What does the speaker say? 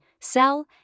sell